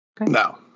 No